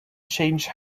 changed